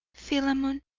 philemon,